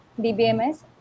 dbms